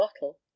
bottle